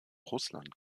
russland